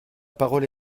parole